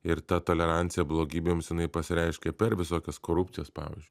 ir ta tolerancija blogybėms jinai pasireiškia per visokias korupcijas pavyzdžiui